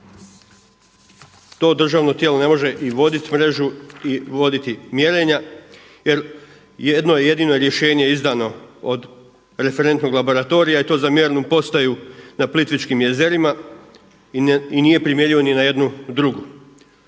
to državno tijelo ne može i voditi mrežu i voditi mjerenja jer jedno je jedino rješenje izdano od referentnog laboratorija i to za Mjernu postaju na Plitvičkim jezerima i nije primjenjivo ni na jednu drugu.